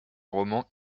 roman